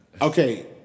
Okay